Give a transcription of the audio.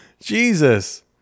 Jesus